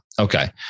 Okay